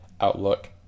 outlook